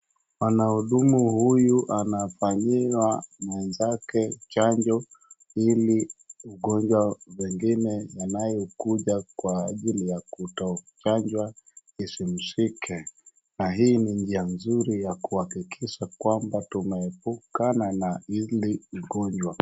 Mwanahudumu huyu anafanyia mwenzake chanjo ili ugonjwa pengine inayokuja kwa ajili ya kutochanjwa isimshike, na hii ni njia mzuri ya kuhakikisha kwamba tumeepukana na huu ugonjwa.